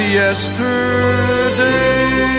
yesterday